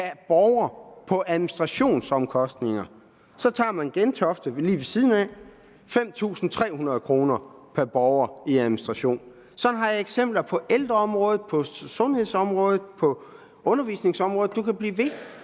pr. borger på administrationsomkostninger. Tager man Gentofte Kommune, som ligger lige ved siden af, bruger den 5.300 kr. pr. borger i administration. Sådan har jeg eksempler på ældreområdet, på sundhedsområdet, på undervisningsområdet, og man kunne blive ved.